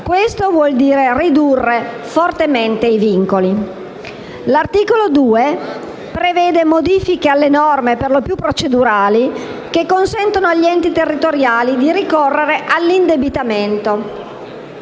Questo significa ridurre fortemente i vincoli. L'articolo 2, prevede modifiche alle norme, per lo più procedurali, che consentono agli enti territoriali di ricorrere all'indebitamento